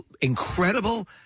incredible